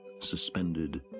suspended